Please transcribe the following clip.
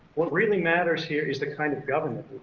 what really matters here is the kind of government